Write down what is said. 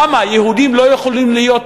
למה, יהודים לא יכולים להיות טרוריסטים?